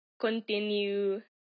continue